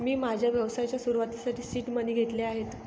मी माझ्या व्यवसायाच्या सुरुवातीसाठी सीड मनी घेतले आहेत